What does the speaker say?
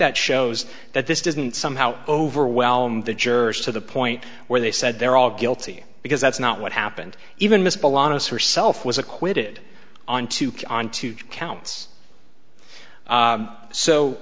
that shows that this didn't somehow overwhelm the jurors to the point where they said they're all guilty because that's not what happened even miss belong to her self was acquitted on to come on two counts